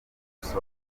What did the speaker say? buso